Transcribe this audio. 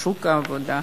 שוק העבודה,